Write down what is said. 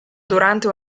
durante